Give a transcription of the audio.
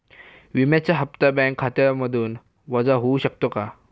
विम्याचा हप्ता बँक खात्यामधून वजा होऊ शकतो का?